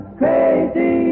crazy